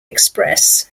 express